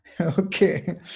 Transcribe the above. Okay